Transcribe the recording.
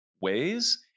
ways